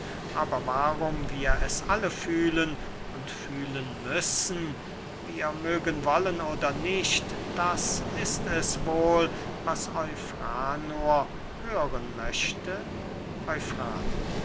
aber warum wir es alle fühlen und fühlen müssen wir mögen wollen oder nicht das ist es wohl was eufranor hören möchte